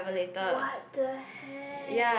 what the heck